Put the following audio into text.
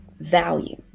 value